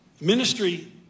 ministry